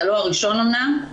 אתה לא הראשון אמנם,